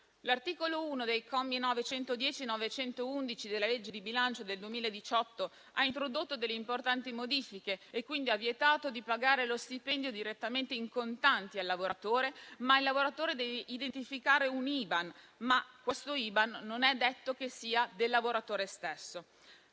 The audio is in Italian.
L'articolo 1, commi 910 e 911 della legge di bilancio 2018 ha introdotto delle importanti modifiche e ha vietato di pagare lo stipendio direttamente in contanti al lavoratore. Il lavoratore deve fornire un Iban che però non è detto che sia del lavoratore stesso.